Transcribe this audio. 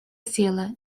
села